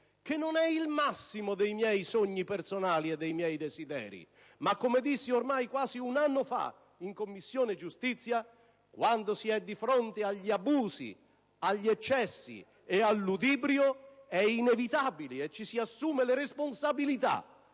che non è il massimo dei miei sogni personali e dei miei desideri, ma - come dissi ormai quasi un anno fa in Commissione giustizia del Senato - quando si è di fronte agli abusi, agli eccessi e al ludibrio è inevitabile e ci si assume la responsabilità